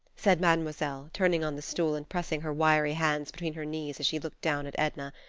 said mademoiselle, turning on the stool and pressing her wiry hands between her knees as she looked down at edna,